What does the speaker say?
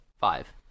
Five